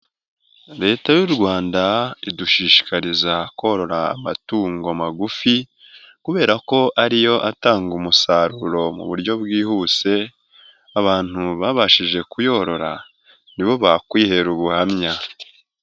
Leta y'u Rwanda idushishikariza korora amatungo magufi kubera ko ariyo atanga umusaruro mu buryo bwihuse abantu babashije kuyorora nibo bakwihera ubuhamya.